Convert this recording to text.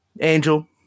Angel